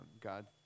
God